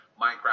Minecraft